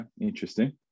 interesting